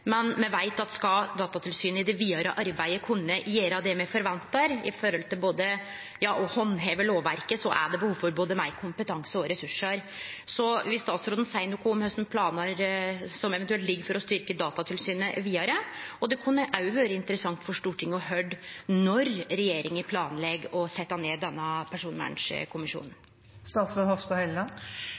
men me veit at skal Datatilsynet i det vidare arbeidet gjere det me forventar med omsyn til å handheve lovverket, er det behov for både meir kompetanse og ressursar. Vil statsråden seie noko om kva planar som eventuelt ligg for å styrkje Datatilsynet vidare? Det kunne òg ha vore interessant for Stortinget å høyre når regjeringa planlegg å setje ned denne